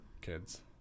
kids